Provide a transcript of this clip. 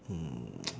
mm